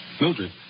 Mildred